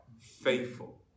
faithful